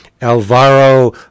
Alvaro